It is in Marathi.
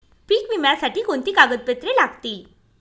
पीक विम्यासाठी कोणती कागदपत्रे लागतील?